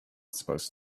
supposed